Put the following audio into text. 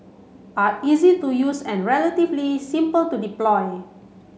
are easy to use and relatively simple to deploy